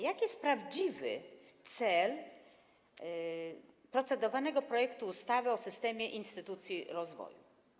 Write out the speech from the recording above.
Jaki jest prawdziwy cel procedowanego projektu ustawy o systemie instytucji rozwoju?